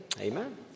Amen